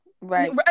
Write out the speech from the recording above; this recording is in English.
Right